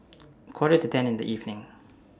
Quarter to ten in The evening